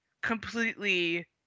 completely